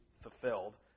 fulfilled